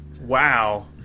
Wow